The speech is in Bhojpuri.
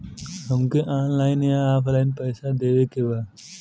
हमके ऑनलाइन या ऑफलाइन पैसा देवे के बा?